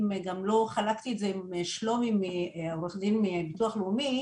גם לא חלקתי את זה עם שלומי העורך דין מהביטוח הלאומי,